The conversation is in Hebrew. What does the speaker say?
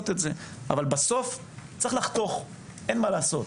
בסוף צריך לחתוך, אין מה לעשות.